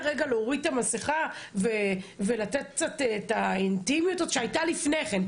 להוריד את המסכה ולתת את האינטימיות הזאת שהייתה לפני כן?